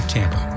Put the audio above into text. Tampa